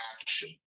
action